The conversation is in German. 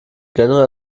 generell